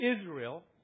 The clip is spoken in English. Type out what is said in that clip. Israel